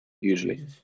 usually